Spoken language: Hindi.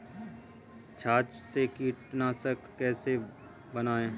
छाछ से कीटनाशक कैसे बनाएँ?